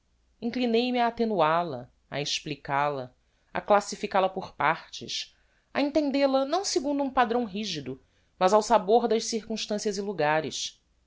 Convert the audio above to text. inclinei-me a attenual a a explical a a classifical a por partes a entendel a não segundo um padrão rigido mas ao sabor das circumstancias e logares